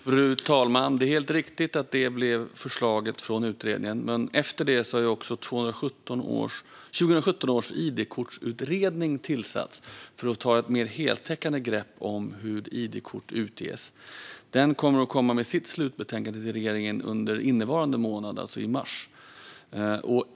Fru talman! Det är helt riktigt att det blev förslaget från utredningen. Efter det har dock också 2017 års id-kortsutredning tillsatts för att ta ett mer heltäckande grepp om hur id-kort utges. Den kommer att komma med sitt slutbetänkande till regeringen under innevarande månad, alltså i mars.